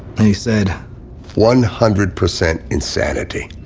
and he said one hundred percent insanity.